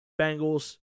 Bengals